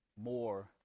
more